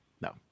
No